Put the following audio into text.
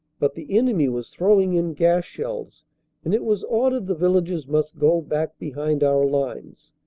but the enemy was throwing in gas-shells and it was ordered the villagers must go back behind our lines.